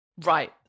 Right